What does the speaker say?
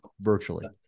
virtually